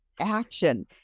Action